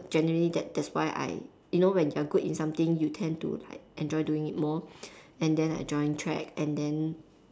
generally that's that's why I you know when you are good in something you tend to like enjoy doing it more and then I joined track and then